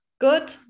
good